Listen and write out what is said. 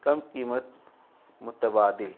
کم قیمت متبادل